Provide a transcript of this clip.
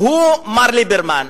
הוא מר ליברמן,